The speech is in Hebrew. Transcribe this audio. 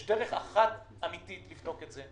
יש דרך אחת אמיתית לבדוק את זה,